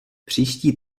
příští